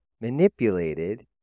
manipulated